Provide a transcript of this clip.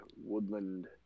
woodland